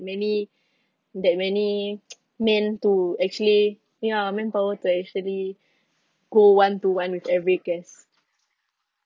many that many men to actually ya manpower to actually go one to one with every guest